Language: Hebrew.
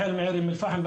החל מאום אל פחם,